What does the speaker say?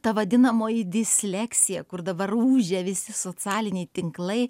ta vadinamoji disleksija kur dabar ūžia visi socialiniai tinklai